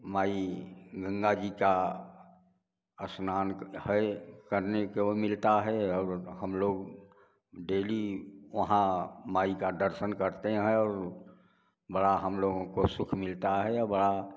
माई गंगा जी का स्नान क है करने को मिलता है और हम लोग डेली वहाँ माई का दर्शन करते हैं और बड़ा हम लोगों को सुख मिलता है अबा